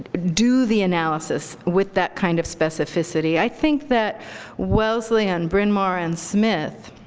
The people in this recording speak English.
do the analysis with that kind of specificity. i think that wellesley and bryn mawr and smith